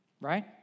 right